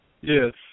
Yes